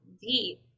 deep